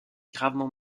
gravement